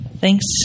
Thanks